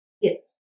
Yes